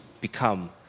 become